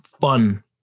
fun